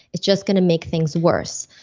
it's just gonna make things worse.